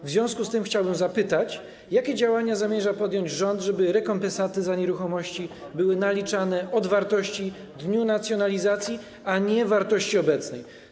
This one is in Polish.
W związku z tym chciałbym zapytać, jakie działania zamierza podjąć rząd, żeby rekompensaty za nieruchomości były naliczane od wartości w dniu nacjonalizacji, a nie wartości obecnej.